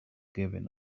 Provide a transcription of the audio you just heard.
giving